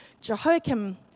Jehoiakim